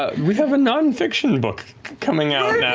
ah we have a non-fiction book coming out yeah